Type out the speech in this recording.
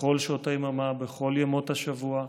בכל שעות היממה, בכל ימות השבוע.